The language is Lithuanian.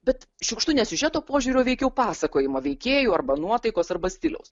bet šiukštu ne siužeto požiūriu o veikiau pasakojimo veikėjų arba nuotaikos arba stiliaus